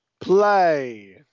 play